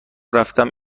رفتم